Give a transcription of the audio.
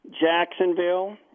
Jacksonville